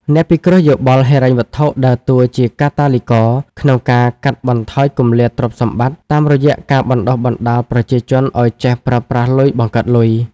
អ្នកពិគ្រោះយោបល់ហិរញ្ញវត្ថុដើរតួជាកាតាលីករក្នុងការកាត់បន្ថយគម្លាតទ្រព្យសម្បត្តិ តាមរយៈការបណ្ដុះបណ្ដាលប្រជាជនឱ្យចេះប្រើប្រាស់លុយបង្កើតលុយ។